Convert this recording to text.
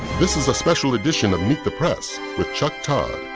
this is a special edition of meet the press with chuck todd.